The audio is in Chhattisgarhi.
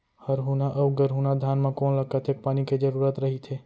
हरहुना अऊ गरहुना धान म कोन ला कतेक पानी के जरूरत रहिथे?